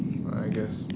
ah I guess